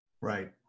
Right